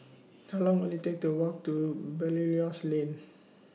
How Long Will IT Take to Walk to Belilios Lane